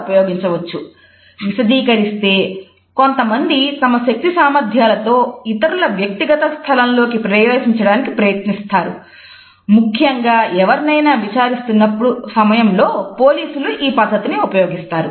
proxemics సమయంలో పోలీసులు ఈ పద్ధతి ఉపయోగిస్తారు